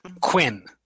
Quinn